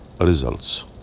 results